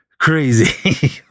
crazy